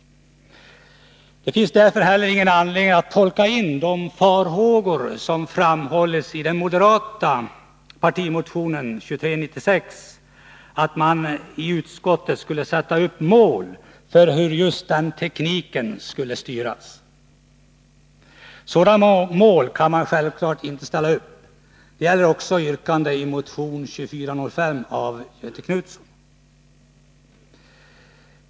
Det finns därför heller ingen anledning att här tolka in de farhågor som uttrycks i den moderata partimotionen 2396, där motionärerna yrkar att man i utskottet skall sätta upp mål för just hur datatekniken skall styras. Sådana mål kan man självfallet inte ställa upp. Det gäller också yrkandet i motion 2405 av Göthe Knutson.